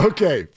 Okay